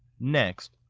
next,